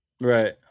Right